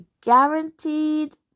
guaranteed